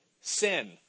sin